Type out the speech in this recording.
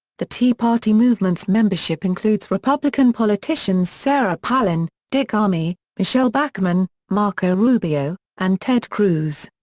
the tea party movement's membership includes republican politicians sarah palin, dick armey, michele bachmann, marco rubio, and ted cruz.